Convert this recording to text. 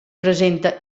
presenta